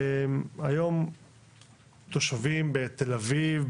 היום תושבים בתל אביב,